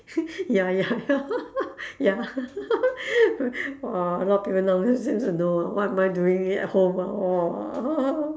ya ya ya ya !wah! a lot of people now know what am I doing it at home ah !wah!